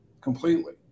completely